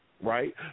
right